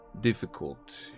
Difficult